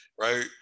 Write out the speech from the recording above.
right